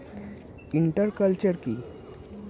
Inter culture কি?